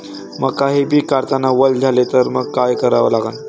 मका हे पिक काढतांना वल झाले तर मंग काय करावं लागन?